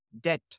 debt